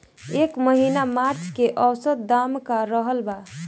एह महीना मिर्चा के औसत दाम का रहल बा?